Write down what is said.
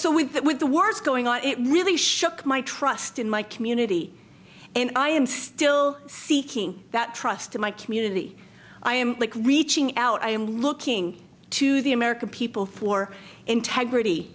so with that with the words going on it really shook my trust in my community and i am still seeking that trust in my community i am reaching out i am looking to the american people for integrity